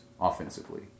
offensively